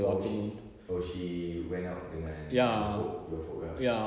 oh sh~ oh she went out dengan your folk your folk ah